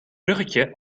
bruggetje